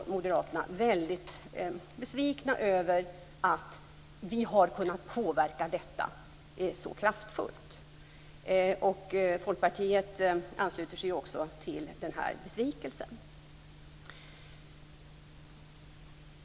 Moderaterna är väldigt besvikna över att vi har kunnat påverka detta så kraftfullt. Folkpartiet ansluter sig också till denna besvikelse.